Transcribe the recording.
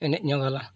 ᱮᱱᱮᱡ ᱧᱚᱜᱽ ᱟᱞᱟᱝ